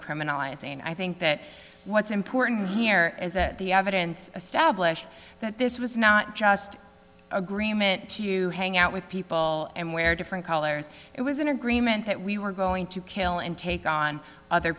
criminalize and i think that what's important here is that the evidence stablish that this was not just agreement to hang out with people and wear different colors it was an agreement that we were going to kill and take on other